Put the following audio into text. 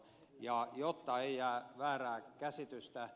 ja jotta ei jää väärää käsitystä